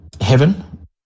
heaven